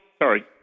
Sorry